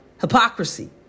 hypocrisy